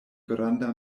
granda